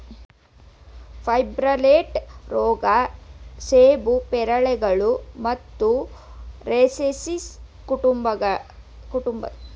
fire blight ರೋಗ ಸೇಬು ಪೇರಳೆಗಳು ಮತ್ತು ರೋಸೇಸಿ ಕುಟುಂಬದ ಕೆಲವು ಸದಸ್ಯರ ಮೇಲೆ ಪರಿಣಾಮ ಬೀರುವ ಸಾಂಕ್ರಾಮಿಕ ರೋಗವಾಗಿದೆ